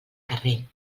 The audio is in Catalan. carrer